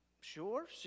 sure